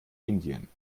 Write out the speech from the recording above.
indien